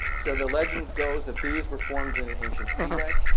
so the legend goes that these were formed in an ancient seaway.